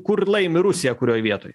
kur laimi rusija kurioj vietoj